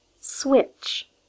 switch